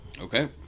Okay